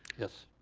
yes.